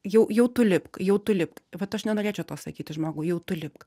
jau jau tu lipk jau tu lipk vat aš nenorėčiau to sakyti žmogui jau tu lipk